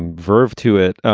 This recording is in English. and verve to it.